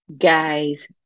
guys